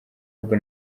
ahubwo